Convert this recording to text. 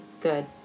good